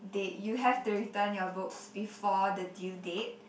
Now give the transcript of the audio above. date you have to return your books before the due date